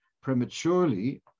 prematurely